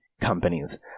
companies